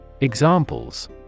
Examples